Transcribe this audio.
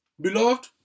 Beloved